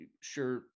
sure